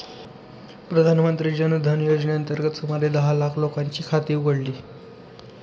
प्रधानमंत्री जन धन योजनेअंतर्गत सुमारे दहा लाख लोकांची खाती उघडली